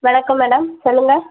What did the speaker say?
வணக்கம் மேடம் சொல்லுங்க